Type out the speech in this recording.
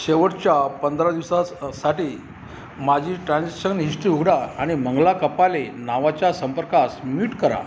शेवटच्या पंधरा दिवसास साठी माझी ट्राजशन हिश्टरी उघडा आणि मंगला कपाले नावाच्या संपर्कास मीट करा